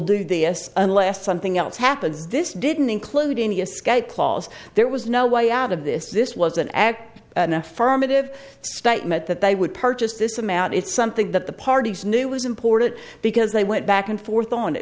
do this unless something else happens this didn't include any escape clause there was no way out of this this was an act of firm adib statement that they would purchase this amount it's something that the parties knew was important because they went back and forth on it